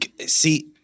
See